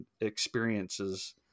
experiences